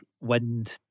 wind